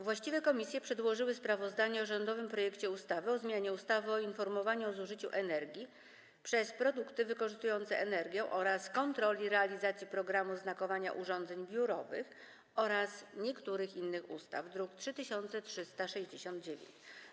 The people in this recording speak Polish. Właściwe komisje przedłożyły sprawozdanie o rządowym projekcie ustawy o zmianie ustawy o informowaniu o zużyciu energii przez produkty wykorzystujące energię oraz o kontroli realizacji programu znakowania urządzeń biurowych oraz niektórych innych ustaw, druk nr 3369.